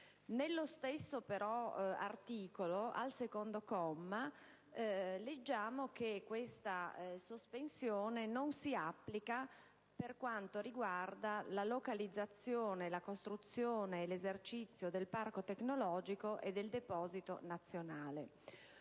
nello stesso articolo, al comma 2, leggiamo che questa sospensione non si applica per quanto riguarda la localizzazione, la costruzione e l'esercizio del parco tecnologico e del deposito nazionale.